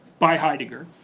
by heidegger.